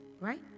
Right